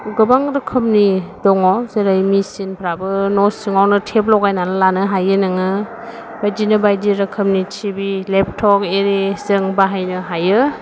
गोबां रोखोमनि दङ जेरै मेसिनफ्राबो न' सिङावनो टेब लगायनानै लानो हायो नोङो बेबायदिनो बायदि रोखोमनि टिभि लेपटप एरि जों बाहायनो हायो